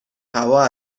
هوا